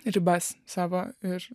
ribas savo ir